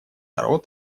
народ